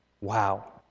Wow